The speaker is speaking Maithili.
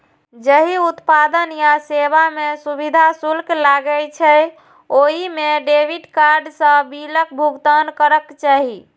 जाहि उत्पाद या सेवा मे सुविधा शुल्क लागै छै, ओइ मे डेबिट कार्ड सं बिलक भुगतान करक चाही